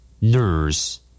nurse